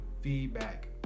feedback